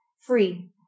free